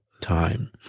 time